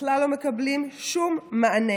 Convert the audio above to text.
בכלל לא מקבלים שום מענה.